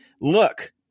Look